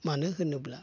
मानो होनोब्ला